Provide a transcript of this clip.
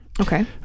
okay